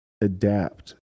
adapt